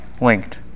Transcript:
linked